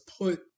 put